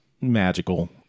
magical